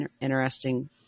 interesting